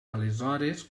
aleshores